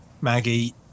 maggie